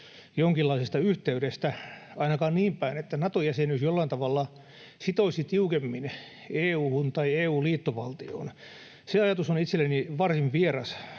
jonkinlaisesta yhteydestä, ainakaan niin päin, että Nato-jäsenyys jollain tavalla sitoisi tiukemmin EU:hun tai EU-liittovaltioon. Se ajatus on itselleni varsin vieras,